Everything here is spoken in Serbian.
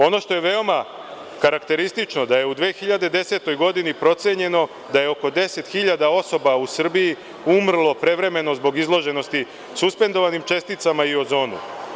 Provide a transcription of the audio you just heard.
Ono što je veoma karakteristično da je u 2010. godini procenjeno da je oko 10.000 osoba u Srbiji umrlo prevremeno zbog izloženosti suspendovanih česticama i ozonu.